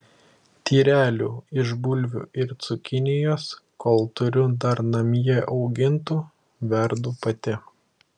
tyrelių iš bulvių ir cukinijos kol turiu dar namie augintų verdu pati